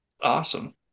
Awesome